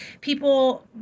people